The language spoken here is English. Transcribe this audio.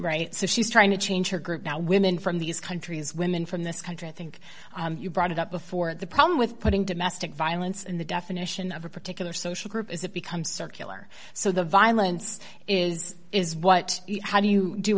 rights so she's trying to change her group now women from these countries women from this country i think you brought it up before the problem with putting domestic violence in the definition of a particular social group is it becomes circular so the violence is is what how do you do